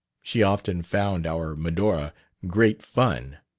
she often found our medora great fun.